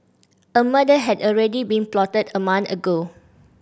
a murder had already been plotted a month ago